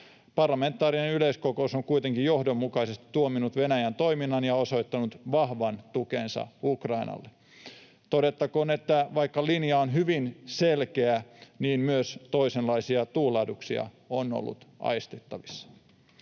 Parlamentaarinen yleiskokous on kuitenkin johdonmukaisesti tuominnut Venäjän toiminnan ja osoittanut vahvan tukensa Ukrainalle. Todettakoon, että vaikka linja on hyvin selkeä, niin myös toisenlaisia tuulahduksia on ollut aistittavissa.